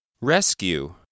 Rescue